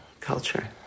culture